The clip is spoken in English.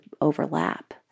overlap